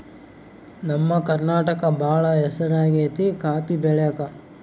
ನಮ್ಮ ಕರ್ನಾಟಕ ಬಾಳ ಹೆಸರಾಗೆತೆ ಕಾಪಿ ಬೆಳೆಕ